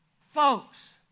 folks